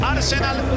Arsenal